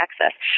access